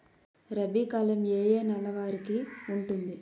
రబీ కాలం ఏ ఏ నెల వరికి ఉంటుంది?